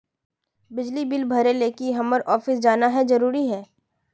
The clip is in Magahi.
बिजली बिल भरे ले की हम्मर ऑफिस जाना है जरूरी है?